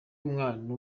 umwana